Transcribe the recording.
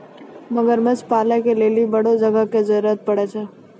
मगरमच्छ पालै के लेली बड़ो जगह के जरुरत पड़ै छै